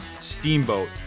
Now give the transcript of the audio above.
Steamboat